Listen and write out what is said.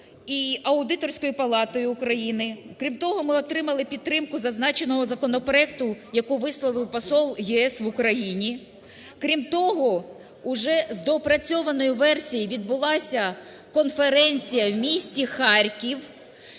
і Аудиторською палатою України. Крім того, ми отримали підтримку зазначеного законопроекту, яку висловив посол ЄС в Україні. Крім того, уже з доопрацьованою версією відбулася конференція в місті Харків